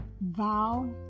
vow